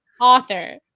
author